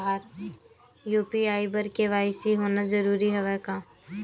UPI बर KYC होना जरूरी हवय का?